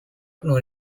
known